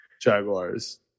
Jaguars